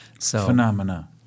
Phenomena